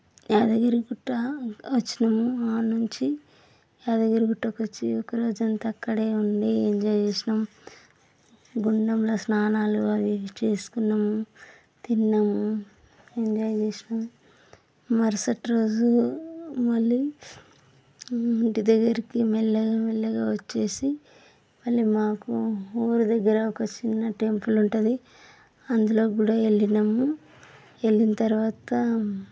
యాదగిరిగుట్ట వచ్చినాము అక్కడి నుంచి యాదగిరిగుట్టకి వచ్చి ఒక రోజంతా అక్కడేనే ఉండి ఎంజాయ్ చేసినాం గుండంలో స్నానాలు అవి చేసుకున్నాం తిన్నాము ఎంజాయ్ చేస్తున్నాం మరిసటి రోజు మళ్ళీ ఇంటి దగ్గరికి మెల్లగా మెల్లగా వచ్చేసి మళ్ళీ మాకు ఊరి దగ్గర ఒక చిన్న టెంపుల్ ఉంటుంది అందులో కూడా వెళ్ళినాము వెళ్ళిన తర్వాత